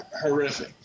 horrific